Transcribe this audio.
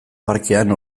parkean